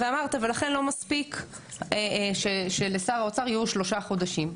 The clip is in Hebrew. ואמרת ולכן לא מספיק שלשר האוצר יהיו שלושה חודשים.